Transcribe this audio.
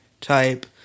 type